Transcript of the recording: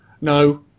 No